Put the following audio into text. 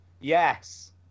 Yes